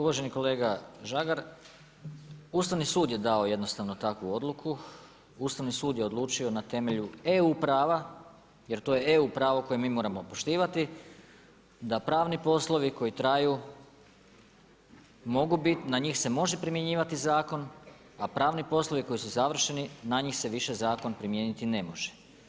Uvaženi kolega Žagar, Ustavni sud je dao jednostavno takvu odluku, Ustavni sud je odlučio na temelju EU prava, jer to je EU pravo koje mi moramo poštivati da pravni poslovi koji traju mogu bit, na njih se može primjenjivati zakon a pravni poslovi koji su završeni na njih se više zakon primijeniti ne može.